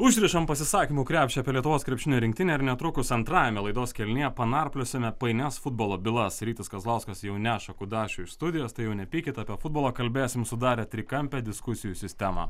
užrišam pasisakymų krepšį apie lietuvos krepšinio rinktinę ir netrukus antrajame laidos kelinyje panarpliosime painias futbolo bylas rytis kazlauskas jau neša kudašių iš studijos tai jau nepykit apie futbolą kalbėsim sudarę trikampę diskusijų sistemą